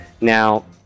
now